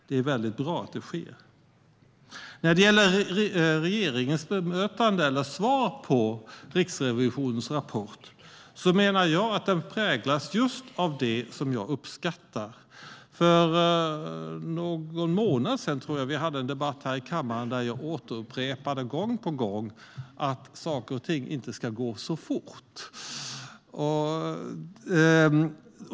Det är bra att det sker. När det gäller regeringens svar på Riksrevisionens rapport menar jag att den präglas av just det jag uppskattar. För någon månad sedan hade vi en debatt i kammaren där jag upprepade gång på gång att saker och ting inte ska gå så fort.